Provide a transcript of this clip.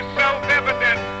self-evident